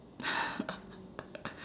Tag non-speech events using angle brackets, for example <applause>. <laughs>